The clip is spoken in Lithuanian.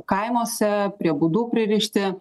kaimuose prie būdų pririšti